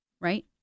right